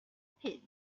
pit